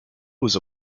was